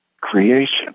creation